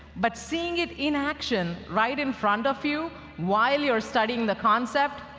but seeing it in action right in front of you while you're studying the concept,